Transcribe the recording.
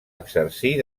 exercir